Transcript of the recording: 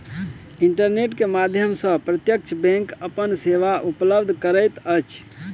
internet के माध्यम सॅ प्रत्यक्ष बैंक अपन सेवा उपलब्ध करैत अछि